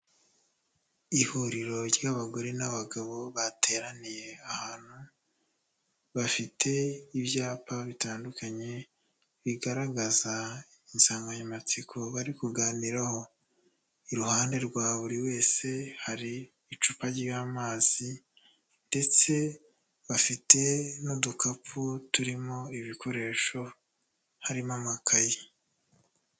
Ihuriro ry'abagore n'abagabo bateraniye ahantu, bafite ibyapa bitandukanye, bigaragaza insanganyamatsiko bari kuganiraho, iruhande rwa buri wese hari icupa ry'amazi ndetse bafite n'udukapu turimo ibikoresho, harimo amakaye.